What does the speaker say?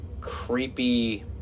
creepy